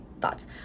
thoughts